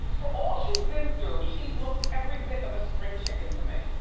for all she's been through, she looks every bit of a spring chicken to me.